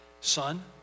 Son